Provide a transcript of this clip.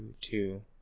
two